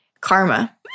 karma